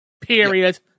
Period